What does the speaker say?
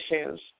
issues